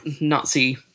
Nazi-